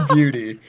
Beauty